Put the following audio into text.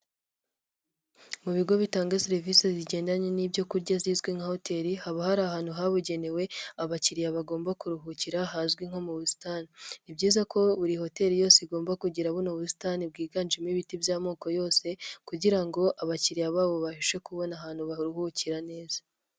Mu bigo bitanga serivisi zigendanye n'ibyo kurya zizwi nka hoteli, haba hari ahantu habugenewe abakiriya bagomba kuruhukira hazwi nko mu busitani, ni byiza ko buri hoteli yose igomba kugira buno busitani bwiganjemo ibiti by'amoko yose, kugira ngo abakiriya babo babashe kubona ahantu baruhukira neza.